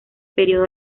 período